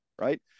right